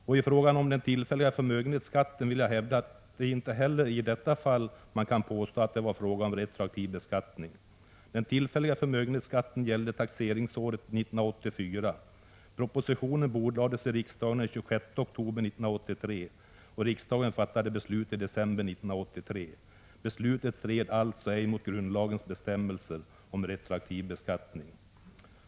I fråga om den tillfälliga förmögenhetsskatten vill jag hävda att man inte heller i detta fall kan påstå att det var fråga om retroaktiv beskattning. Den tillfälliga förmögenhetsskatten gällde taxeringsåret 1984. Propositionen bordlades i riksdagen den 26 oktober 1983, och riksdagen fattade beslut i december 1983. Beslutet stred alltså ej mot grundlagens bestämmelse om retroaktiv beskattning.